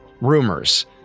Rumors